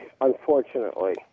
unfortunately